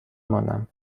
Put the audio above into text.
مانم